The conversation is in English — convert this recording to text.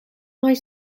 high